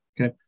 Okay